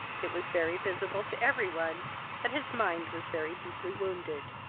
it was very visible to every one that his mind was very deeply wounded.